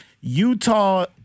Utah